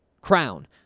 crown